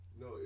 no